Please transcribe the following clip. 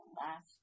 last